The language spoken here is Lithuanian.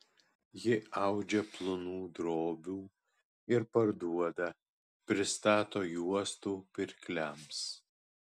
ji audžia plonų drobių ir parduoda pristato juostų pirkliams